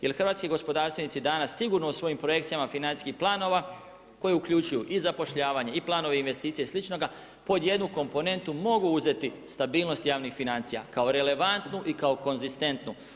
Jer hrvatski gospodarstvenici danas sigurno u svojim projekcijama financijskih planova koji uključuju i zapošljavanje i planove investicije i sl., pod jednu komponentu mogu uzeti stabilnost javnih financija kao relevantnu i kao konzistentnu.